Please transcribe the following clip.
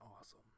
awesome